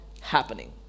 happening